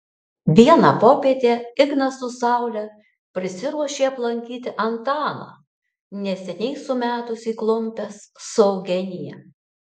vieną popietę ignas su saule prisiruošė aplankyti antaną neseniai sumetusį klumpes su eugenija